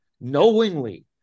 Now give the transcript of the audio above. knowingly